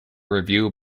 review